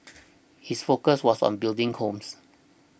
his focus was on building homes